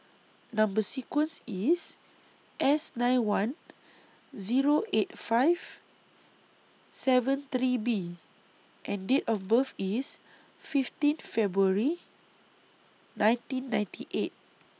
Number sequence IS S nine one Zero eight five seven three B and Date of birth IS fifteen February nineteen ninety eight